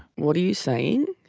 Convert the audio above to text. what are you saying